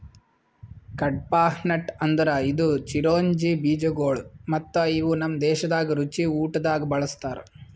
ಕಡ್ಪಾಹ್ನಟ್ ಅಂದುರ್ ಇದು ಚಿರೊಂಜಿ ಬೀಜಗೊಳ್ ಮತ್ತ ಇವು ನಮ್ ದೇಶದಾಗ್ ರುಚಿ ಊಟ್ದಾಗ್ ಬಳ್ಸತಾರ್